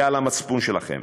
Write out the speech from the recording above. הם על המצפון שלכם.